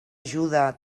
ajuda